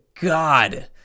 God